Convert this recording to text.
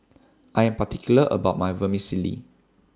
I Am particular about My Vermicelli